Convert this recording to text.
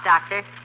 doctor